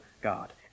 God